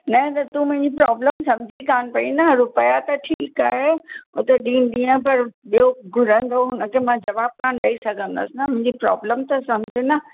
न त तूं मुंहिंजी प्रॉब्लम समुझी कान पई न रुपिया त ठीकु आहे हू त ॾींदीअं पर ॿियो घुरंदो हुन खे मां जवाबु कान ॾई सघंदसि न मुंहिंजी प्रॉब्लम त समुझ न